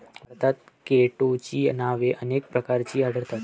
भारतात केटोची नावे अनेक प्रकारची आढळतात